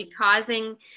causing